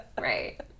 right